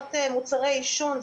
קניית מוצרי עישון.